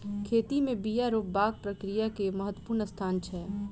खेती में बिया रोपबाक प्रक्रिया के महत्वपूर्ण स्थान छै